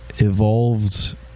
evolved